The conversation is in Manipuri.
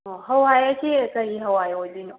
ꯑꯣ ꯍꯋꯥꯏ ꯍꯥꯏꯁꯦ ꯀꯔꯤ ꯍꯋꯥꯏ ꯑꯣꯏꯗꯣꯏꯅꯣ